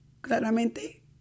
claramente